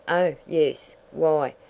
oh, yes! why,